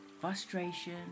frustration